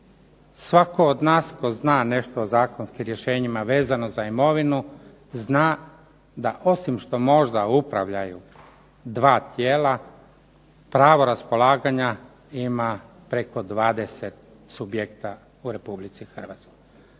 Svatko od nas tko zna nešto o zakonskim rješenjima vezano za imovinu zna da osim što možda upravljaju 2 tijela, pravo raspolaganja ima preko 20 subjekata u RH.